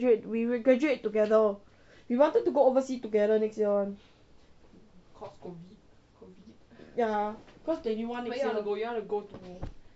we will graduate together we wanted to go overseas together next year [one] ya cause twenty one next year